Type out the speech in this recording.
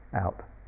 out